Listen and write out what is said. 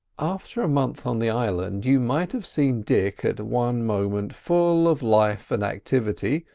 after a month on the island you might have seen dick at one moment full of life and activity,